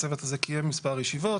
הצוות הזה קיים מספר ישיבות.